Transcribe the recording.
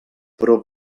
però